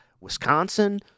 Wisconsin